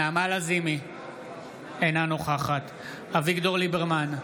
אינה נוכחת אביגדור ליברמן,